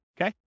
Okay